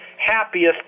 happiest